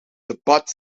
debat